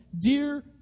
Dear